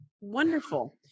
Wonderful